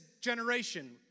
generation